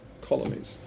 colonies